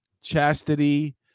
chastity